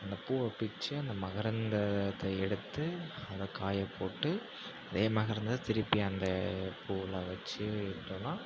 அந்த பூவை பிச்சி அந்த மகரந்தத்தை எடுத்து அதை காய போட்டு அதே மகரந்த திருப்பி அந்த பூவில வச்சு விட்டோன்னா